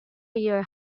your